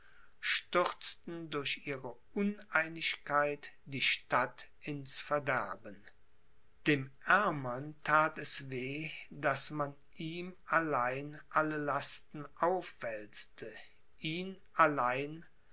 stürzten durch ihre uneinigkeit die stadt ins verderben dem aermern that es weh daß man ihm allein alle lasten aufwälzte ihn allein